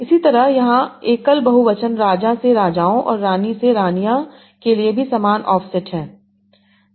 इसी तरह यहां एकल बहुवचन राजा से राजाओं और रानी से रानियां के लिए भी समान ऑफसेट हैं